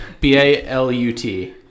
B-A-L-U-T